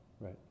right